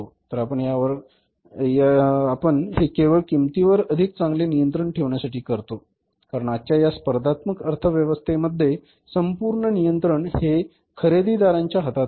तर आपण हे केवळ किंमतीवर अधिक चांगले नियंत्रण ठेवण्यासाठी करतो कारण आजच्या या स्पर्धात्मक अर्थव्यवस्थेमध्ये संपूर्ण नियंत्रण हे खरेदीदारांच्या हातात आहे